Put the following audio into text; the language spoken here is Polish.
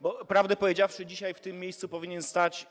Bo prawdę powiedziawszy, dzisiaj w tym miejscu powinien stać.